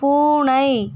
பூனை